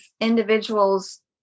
individuals